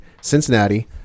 Cincinnati